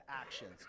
actions